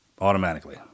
Automatically